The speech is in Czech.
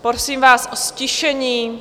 Prosím vás o ztišení.